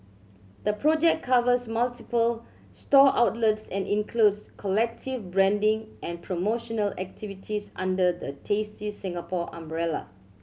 the project covers multiple store outlets and includes collective branding and promotional activities under the Tasty Singapore umbrella